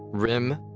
rim,